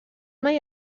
mai